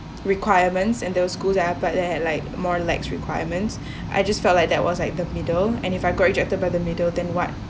requirements and those schools I applied that had like more lax requirements I just felt like that was like the middle and if I got rejected by the middle then what